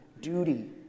duty